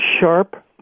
sharp